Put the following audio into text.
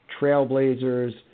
Trailblazers